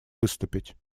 выступить